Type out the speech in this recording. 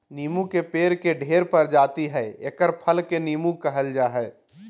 नीबू के पेड़ के ढेर प्रजाति हइ एकर फल के नीबू कहल जा हइ